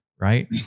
right